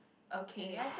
okay